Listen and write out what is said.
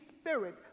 spirit